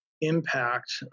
impact